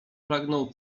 pragnął